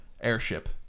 airship